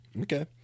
Okay